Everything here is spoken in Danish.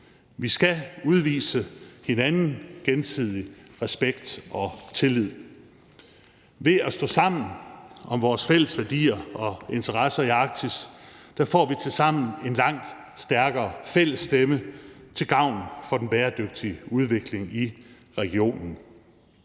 Vi skal vise gensidig respekt og tillid over for hinanden. Ved at stå sammen om vores fælles værdier og interesser i Arktis, får vi tilsammen en langt stærkere fælles stemme til gavn for den bæredygtige udvikling i regionen.